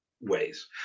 ways